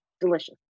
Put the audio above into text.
delicious